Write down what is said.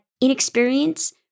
inexperience